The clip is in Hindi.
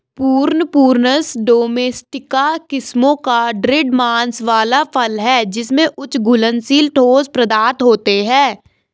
प्रून, प्रूनस डोमेस्टिका किस्मों का दृढ़ मांस वाला फल है जिसमें उच्च घुलनशील ठोस पदार्थ होते हैं